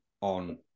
on